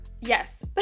Yes